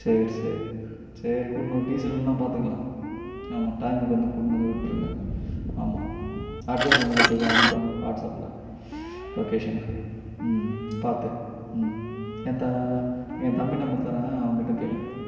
சரி சரி சரி கூப்பிட்னு வந் டீசலெலாம் பார்த்துக்கலாம் ஆமாம் டைமுக்கு வந்து கூப்பிட்னு வந்து விட்டுருங்க ஆமாம் அட்ரெஸு உங்களுக்கு இதோ அனுப்புகிறேன் வாட்ஸ் ஆப்பில் லொக்கேஷனு ம் பார்த்து ம் என் தா என் தம்பி நம்பர் தரேன் அவன்கிட்ட கேளுங்கள்